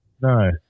No